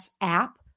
app